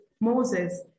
Moses